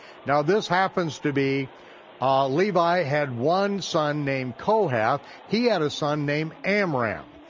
now, this happens to be levi had one son named kohath, he had a son named amram.